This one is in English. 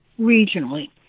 regionally